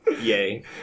yay